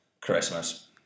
Christmas